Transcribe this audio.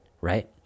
right